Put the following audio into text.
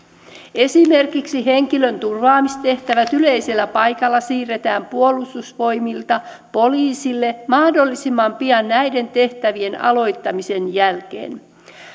esimerkiksi henkilön turvaamistehtävät yleisellä paikalla siirretään puolustusvoimilta poliisille mahdollisimman pian näiden tehtävien aloittamisen jälkeen